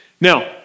Now